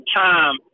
time